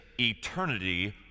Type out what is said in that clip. eternity